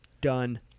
Done